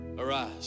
arise